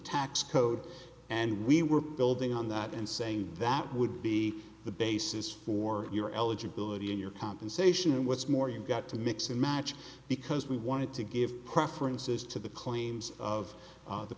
tax code and we were building on that and saying that would be the basis for your eligibility in your compensation and what's more you've got to mix and match because we wanted to give preferences to the claims of